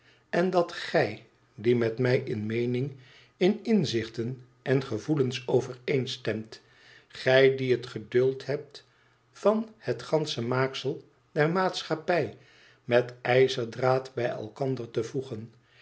n dat die met mij in meening in inzichten en gevoelens overeenstemt gij die het geduld hebt van bet gansche maaksïel der maatschappij met ijzerdraad bij elkander te voegen